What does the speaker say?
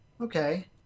Okay